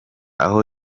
aho